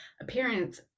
appearance